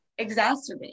exacerbate